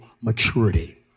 maturity